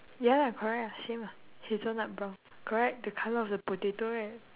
ya lah correct lah same lah hazelnut brown correct the colour of a potato right